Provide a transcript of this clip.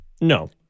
No